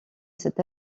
cet